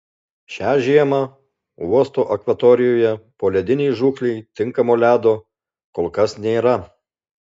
šią žiemą uosto akvatorijoje poledinei žūklei tinkamo ledo kol kas nėra